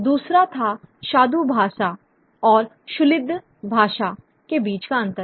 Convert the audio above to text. दूसरा था शादू भाषा और शूलिद भाषा के बीच का अंतर